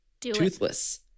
Toothless